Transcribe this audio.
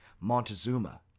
Montezuma